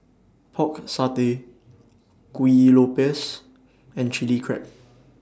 Pork Satay Kuih Lopes and Chili Crab